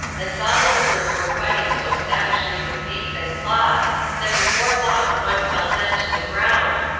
and saw that the birds were fighting so savagely with beaks and claws that before long one fell dead to the ground,